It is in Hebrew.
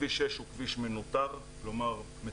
כביש 6 הוא כביש מנוטר, כלומר מצולם,